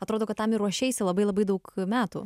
atrodo kad tam ir ruošeisi labai labai daug metų